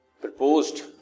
proposed